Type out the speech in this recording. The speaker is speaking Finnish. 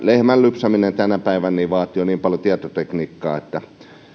lehmän lypsäminen tänä päivänä vaatii jo niin paljon tietotekniikkaa että